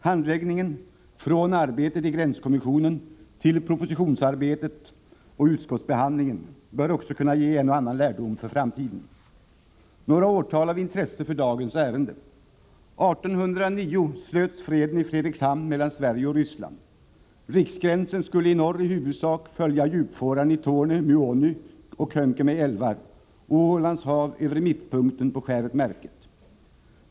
Handläggningen — från arbetet i gränskommissionen till propositionsarbetet och utskottsbehandlingen — bör också kunna ge en och annan lärdom för framtiden. Några årtal av intresse för dagens ärende: År 1809 slöts freden i Fredrikshamn mellan Sverige och Ryssland. Riksgränsen skulle i norr i huvudsak följa djupfåran i Torne, Muonio och Könkämä älvar och i Ålands hav över mittpunkten på skäret Märket.